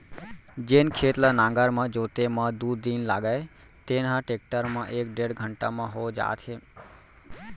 जेन खेत ल नांगर म जोते म दू दिन लागय तेन ह टेक्टर म एक डेढ़ घंटा म हो जात हे